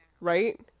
right